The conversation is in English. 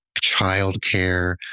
childcare